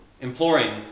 imploring